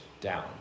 down